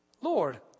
Lord